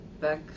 back